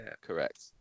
correct